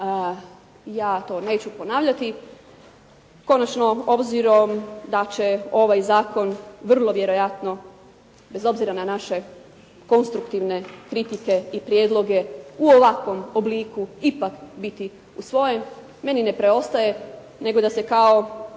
ja to neću ponavljati. Konačno, obzirom da će ovaj zakon vrlo vjerojatno bez obzira na naše konstruktivne kritike i prijedloge, u ovakvom obliku ipak biti usvojen, meni ne preostaje nego da se kao